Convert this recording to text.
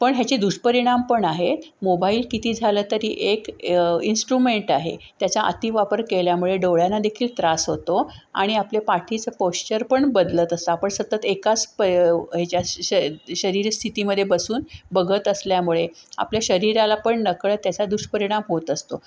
पण ह्याचे दुष्परिणाम पण आहेत मोबाईल किती झालं तरी एक इन्स्ट्रुमेंट आहे त्याच्या अति वापर केल्यामुळे डोळ्यांना देखील त्रास होतो आणि आपल्या पाठीचं पोश्चर पण बदलत असतं आपण सतत एकाच प ह्याच्या श शरीर स्थितीमध्ये बसून बघत असल्यामुळे आपल्या शरीराला पण नकळत त्याचा दुष्परिणाम होत असतो